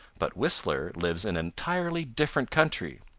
but whistler lives in entirely different country.